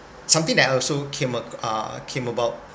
something that I also came up uh came about